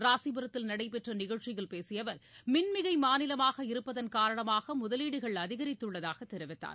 ராசிபுரத்தில் நடைபெற்ற நிகழ்ச்சியில் பேசிய அவர் மின் மிகை மாநிலமாக இருப்பதன் காரணமாக முதலீடுகள் அதிகரித்துள்ளதாக தெரிவித்தார்